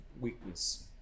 weakness